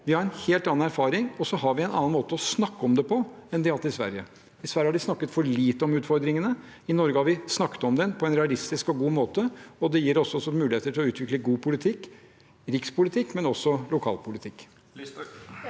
Vi har en helt annen erfaring, og så har vi en annen måte å snakke om det på enn de har hatt i Sverige. I Sverige har de snakket for lite om utfordringene. I Norge snakker vi om dem på en realistisk og god måte, og det gir oss også muligheter til å utvikle god politikk – rikspolitikk, men også lokalpolitikk.